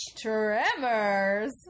Tremors